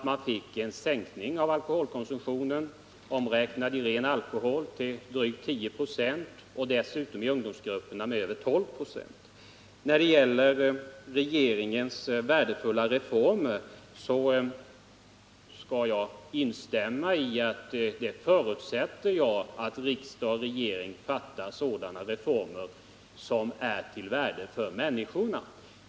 Man fick ju en sänkning av den totala alkoholkonsumtionen, omräknad i ren alkohol, med drygt 10 96 och i ungdomsgrupperna med över 12 96. När det gäller regeringens värdefulla reformer förutsätter jag att riksdag och regering fattar sådana reformbeslut som är av värde för människorna.